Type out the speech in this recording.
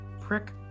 prick